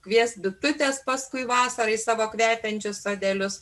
kvies bitutes paskui vasarą savo kvepiančius sodelius